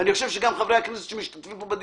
ואני חושב שגם חברי הכנסת שמשתתפים כאן בדיון,